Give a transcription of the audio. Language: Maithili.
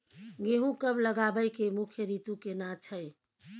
गेहूं कब लगाबै के मुख्य रीतु केना छै?